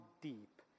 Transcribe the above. deep